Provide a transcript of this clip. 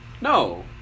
No